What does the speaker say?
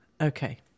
Okay